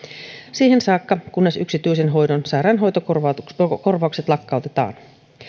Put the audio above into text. siihen saakka kunnes yksityisen hoidon sairaanhoitokorvaukset lakkautetaan